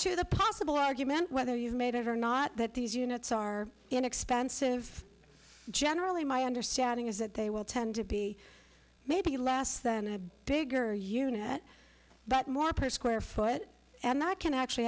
the possible argument whether you've made it or not that these units are inexpensive generally my understanding is that they will tend to be maybe last then a bigger unit but more per square foot and that can actually